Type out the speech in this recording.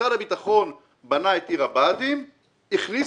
כשמשרד הביטחון בנה את עיר הבה"דים הוא הכניס